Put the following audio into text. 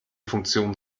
funktion